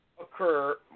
occur